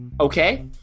Okay